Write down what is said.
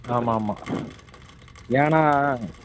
ஆமாம் ஆமாம் ஏன்னா